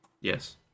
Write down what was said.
Yes